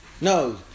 No